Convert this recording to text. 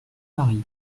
mary